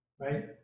right